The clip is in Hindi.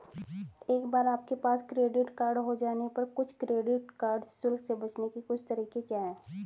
एक बार आपके पास क्रेडिट कार्ड हो जाने पर कुछ क्रेडिट कार्ड शुल्क से बचने के कुछ तरीके क्या हैं?